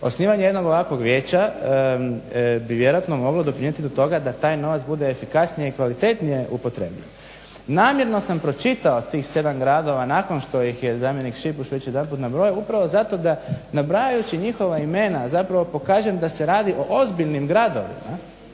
osnivanje jednog ovakvog vijeća bi vjerojatno moglo doprinijeti do toga da taj novac bude efikasnije i kvalitetnije upotrjebljen. Namjerno sam pročitao tih 7 gradova nakon što ih je zamjenik Šipuš već jedanput nabrojio upravo zato da nabrajajući njihova imena pokažem da se radi o ozbiljnim gradovima